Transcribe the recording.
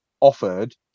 offered